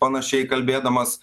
panašiai kalbėdamas